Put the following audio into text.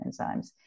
enzymes